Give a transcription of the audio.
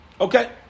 Okay